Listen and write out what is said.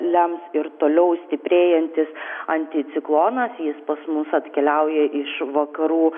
lems ir toliau stiprėjantis anticiklonas jis pas mus atkeliauja iš vakarų